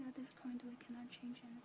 this point we cannot change it.